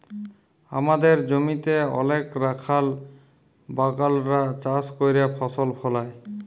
আমাদের জমিতে অলেক রাখাল বাগালরা চাষ ক্যইরে ফসল ফলায়